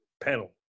panel